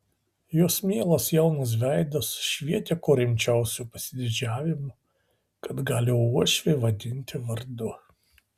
jos mielas jaunas veidas švietė kuo rimčiausiu pasididžiavimu kad gali uošvį vadinti vardu